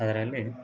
ಅದರಲ್ಲಿ